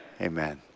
amen